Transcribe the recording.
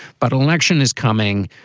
but election is coming.